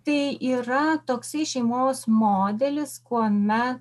tai yra toksai šeimos modelis kuomet